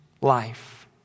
life